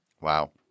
wow